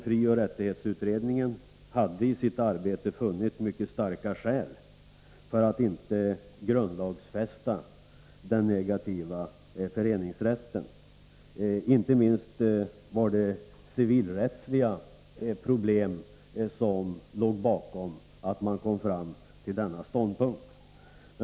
Frioch rättighetsutredningen hade i sitt arbete funnit mycket starka skäl för att inte grundlagsfästa den negativa föreningsrätten. Inte minst var det civilrättsliga faktorer som låg bakom denna ståndpunkt.